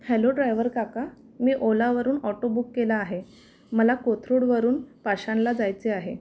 hello driver काका मी ओलावरून ऑटो बुक केला आहे मला कोथरूडवरून पाषाणला जायचे आहे